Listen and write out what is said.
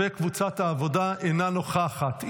וקבוצת העבודה אינה נוכחת.